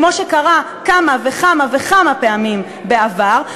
כמו שקרה כמה וכמה וכמה פעמים בעבר,